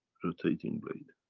rotating blade.